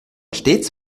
stets